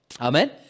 Amen